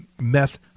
meth